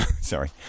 Sorry